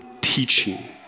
teaching